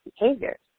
behaviors